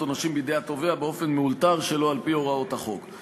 עונשים בידי התובע באופן מאולתר שלא על-פי הוראות החוק.